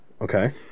Okay